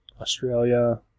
Australia